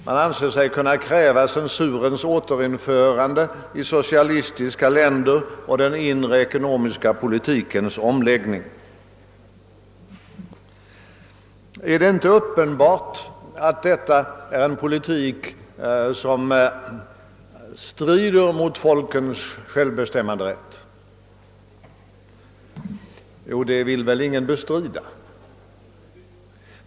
Man anser sig bl.a. kunna kräva censurens återinförande i socialistiska länder och en omläggning av den inre ekonomiska politiken. Är det inte uppenbart att detta är en politik som strider mot folkens självbestämmanderätt? Jo, det vill väl ingen bestrida.